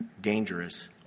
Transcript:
dangerous